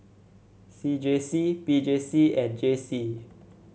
C J C P J C and J C